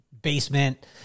basement